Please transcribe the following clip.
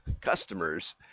customers